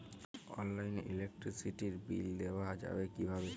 অনলাইনে ইলেকট্রিসিটির বিল দেওয়া যাবে কিভাবে?